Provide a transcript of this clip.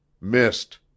Missed